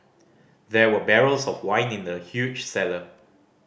there were barrels of wine in the huge cellar